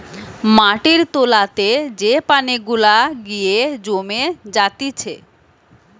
মাটির তোলাতে যে পানি গুলা গিয়ে জমে জাতিছে